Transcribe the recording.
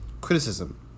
criticism